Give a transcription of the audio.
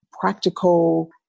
practical